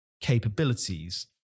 capabilities